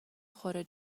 خوره